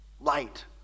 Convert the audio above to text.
Light